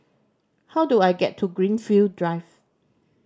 how do I get to Greenfield Drive